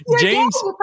James